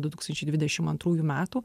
du tūkstančiai dvidešim antrųjų metų